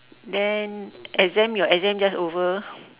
then exam your exam just over